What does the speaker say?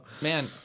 Man